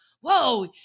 whoa